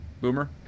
Boomer